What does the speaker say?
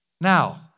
Now